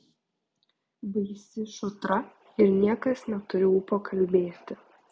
baisi šutra ir niekas neturi ūpo kalbėti